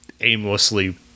aimlessly